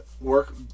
work